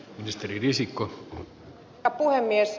herra puhemies